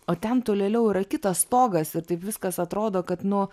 o ten tolėliau yra kitas stogas ir taip viskas atrodo kad nu